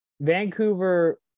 Vancouver